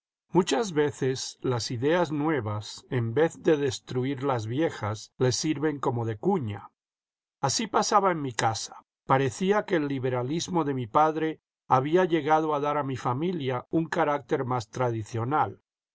muchas veces las ideas nuevas en vez de destruir las viejas les sirven como de cuña así pasaba en mi casa parecía que el liberalismo de mi padre había llegada a dar a mi familia un carácter más tradicional